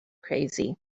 crazy